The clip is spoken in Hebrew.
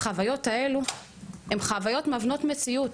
החוויות האלה הן חוויות מבנות מציאות.